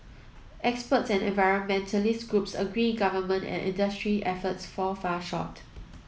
experts and environmentalist groups agree government and industry efforts fall far short